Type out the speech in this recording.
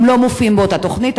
הם לא מופיעים באותה תוכנית,